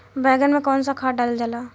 बैंगन में कवन सा खाद डालल जाला?